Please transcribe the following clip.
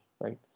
right